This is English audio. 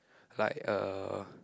like uh